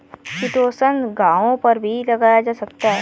chitosan घावों पर भी लगाया जा सकता है